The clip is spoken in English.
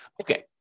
Okay